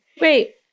Wait